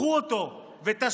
קחו אותו ותשקיעו